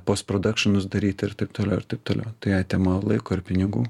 pospradakšnus daryt ir taip toliau ir taip toliau tai atema laiko ir pinigų